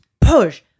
push